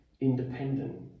independent